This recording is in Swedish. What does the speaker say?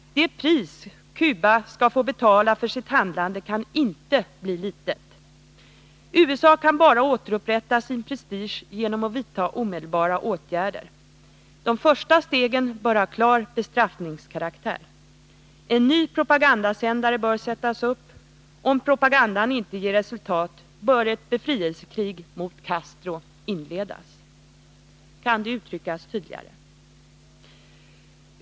Det pris Kuba ska få betala för sitt handlande kan inte bli litet. USA kan bara återupprätta sin prestige genom att vidtaga omedelbara åtgärder. De första stegen bör ha klar bestraffningskaraktär. En ny kraftig propagandasändare bör sättas upp. Om propagandan inte ger resultat bör ett befrielsekrig mot Castro inledas.” Kan det uttryckas tydligare?